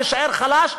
תישאר חלש,